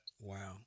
Wow